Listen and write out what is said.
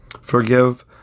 Forgive